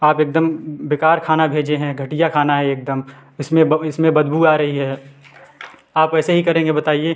आप एकदम बेकार खाना भेजे हैं घटिया खाना है एकदम इसमें इसमें बदबू आ रही है आप ऐसे ही करेंगे बताइए